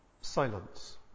silence